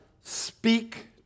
speak